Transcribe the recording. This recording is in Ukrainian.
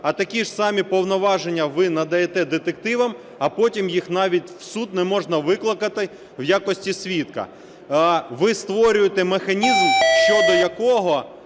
а такі ж самі повноваження ви надаєте детективам, а потім їх навіть в суд не можна викликати в якості свідка. Ви створюєте механізм, щодо якого